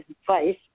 advice